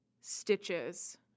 stitches